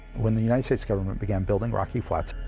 when the united states government began building rocky flats,